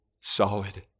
solid